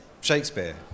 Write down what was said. Shakespeare